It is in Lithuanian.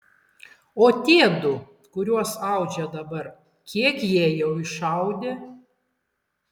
o tie du kuriuos audžia dabar kiek jie jau išaudė